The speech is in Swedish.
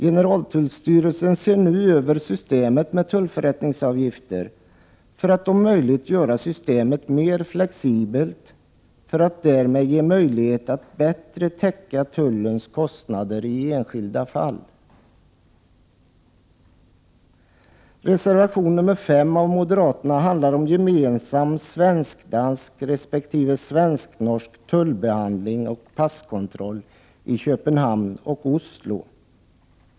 Generaltullstyrelsen ser nu över systemet med tullförrättningsavgifter för att om möjligt göra systemet mer flexibelt, och därmed ge möjlighet att bättre täcka tullens kostnader i enskilda fall.